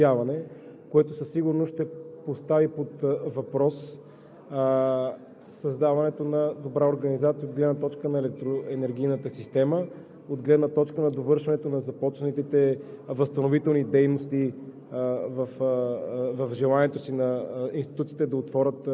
през следващите дни да има рязко застудяване, което със сигурност ще постави под въпрос създаването на добра организация от гледна точка на електроенергийната система, от гледна точка на довършването на започналите възстановителни дейности